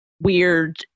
weird